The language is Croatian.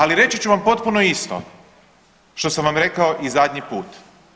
Ali reći ću vam potpuno isto što sam vam rekao i zadnji put.